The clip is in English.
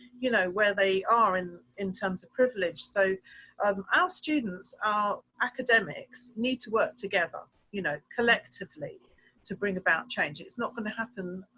you know where they are in in terms of privilege. so um our students are academics need to work together. you know collectively to bring about change. it's not going to happen.